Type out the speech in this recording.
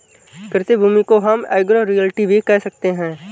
कृषि भूमि को हम एग्रो रियल्टी भी कह सकते है